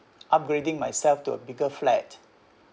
upgrading myself to a bigger flat